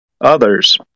others